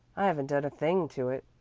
i haven't done a thing to it,